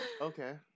Okay